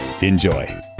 enjoy